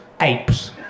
apes